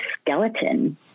skeleton